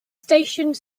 stationed